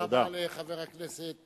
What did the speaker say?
תודה רבה לחבר הכנסת